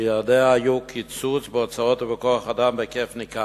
שיעדיה היו קיצוץ בהוצאות ובכוח-אדם בהיקף ניכר.